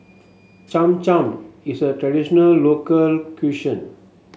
Cham Cham is a traditional local cuisine